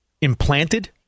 Implanted